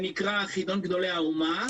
שנקרא חידון גדולי האומה,